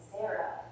Sarah